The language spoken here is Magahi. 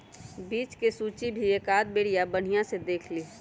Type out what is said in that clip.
बीज के सूचियो भी एकाद बेरिया बनिहा से देख लीहे